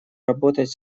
работать